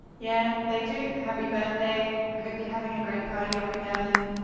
yeah they do happy birthday, hope you're having a great party up in heaven,